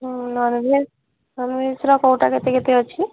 ହଁ nonveg nonveg ର କୋଉଟା ରେ କେତେ କେତେ ଅଛି